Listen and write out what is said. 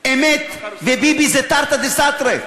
אמת וביבי זה תרתי דסתרי,